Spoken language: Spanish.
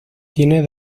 tiene